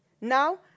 now